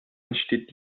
entsteht